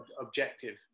objective